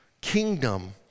kingdom